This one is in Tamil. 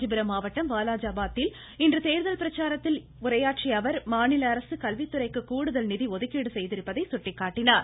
காஞ்சிபுரம் மாவட்டம் வாலாஜாபாதில் இன்று தேர்தல் பிரச்சாரத்தில் இன்று உரையாற்றிய அவர் மாநில அரசு கல்வித்துறைக்கு கூடுதல் நிதி ஒதுக்கீடு செய்திருப்பதாக சுட்டிக்காட்டினார்